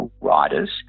riders